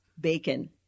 bacon